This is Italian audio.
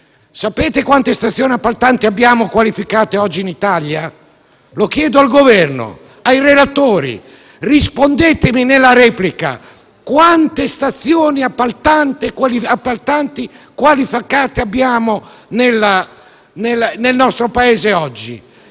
Sapete quante stazioni appaltanti qualificate abbiamo oggi in Italia? Lo chiedo al Governo, ai relatori. Rispondetemi nella replica: quante stazioni appaltanti qualificate abbiamo nel nostro Paese oggi?